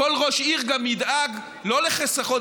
כל ראש עיר גם ידאג לא לחיסכון,